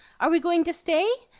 are we going to stay?